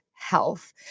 health